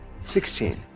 Sixteen